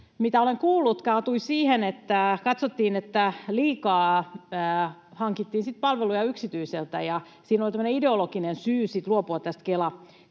mitä olen kuullut — kaatui siihen, että katsottiin, että liikaa hankittiin palveluja yksityiseltä. Siinä oli tämmöinen ideologinen syy sitten luopua tästä Kelan